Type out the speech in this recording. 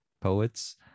poets